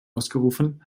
ausgerufen